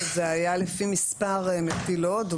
שזה היה לפי מספר מטילות.